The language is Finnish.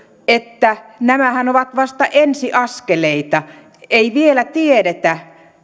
että nämähän ovat vasta ensiaskeleita ei vielä tiedetä